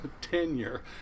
tenure